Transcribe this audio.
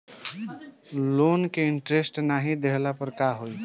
Loan के interest नाही देहले पर का होई?